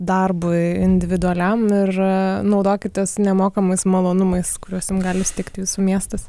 darbui individualiam ir naudokitės nemokamais malonumais kuriuos jum gali suteikti jūsų miestas